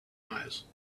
eyes